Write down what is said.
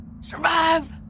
Survive